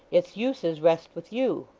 its uses rest with you